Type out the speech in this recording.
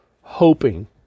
hoping